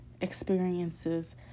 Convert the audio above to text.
experiences